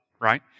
right